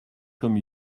comme